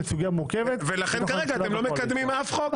אני לא מדבר על מי התחיל.